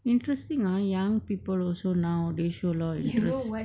interesting ah young people also nowadays show a lot of interest